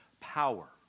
power